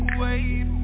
wait